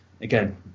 again